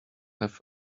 have